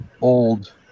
old